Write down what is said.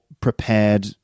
prepared